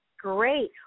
Great